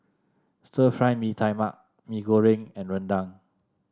Stir Fry Mee Tai Mak Mee Goreng and rendang